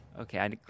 okay